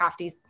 crafties